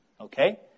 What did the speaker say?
okay